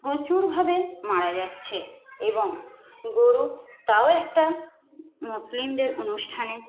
প্রচুরভাবে মারা যাচ্ছে এবং গরু তাও একটা মুসলিমদের অনুষ্ঠানে